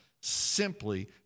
simply